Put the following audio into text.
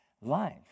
life